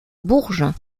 bourges